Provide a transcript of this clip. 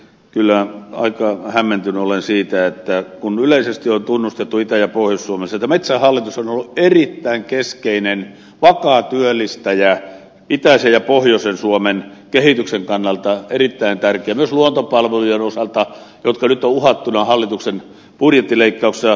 kyllä aika hämmentynyt olen kun yleisesti on tunnustettu itä ja pohjois suomessa että metsähallitus on ollut erittäin keskeinen vakaa työllistäjä itäisen ja pohjoisen suomen kehityksen kannalta erittäin tärkeä myös luontopalvelujen osalta jotka nyt ovat uhattuina hallituksen budjettileikkauksessa